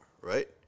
right